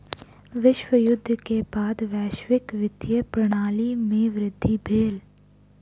विश्व युद्ध के बाद वैश्विक वित्तीय प्रणाली में वृद्धि भेल